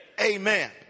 Amen